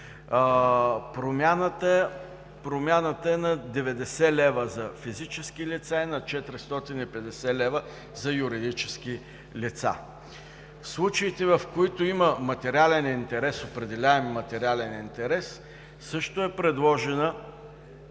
Промяната е 90 лева за физически лица и 450 лева за юридическа лица. В случаите, в които има определяем материален интерес, също е предложена